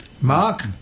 Mark